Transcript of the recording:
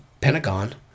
pentagon